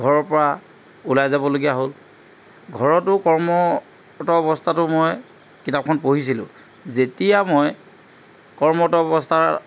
ঘৰৰ পৰা ওলাই যাবলগীয়া হ'ল ঘৰতো কৰ্মৰত অৱস্থাটো মই কিতাপখন পঢ়িছিলোঁ যেতিয়া মই কৰ্মৰত অৱস্থাৰ